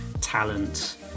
talent